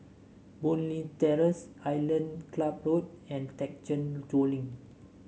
Boon Leat Terrace Island Club Road and Thekchen Choling